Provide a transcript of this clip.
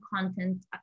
content